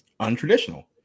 untraditional